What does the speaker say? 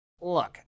Look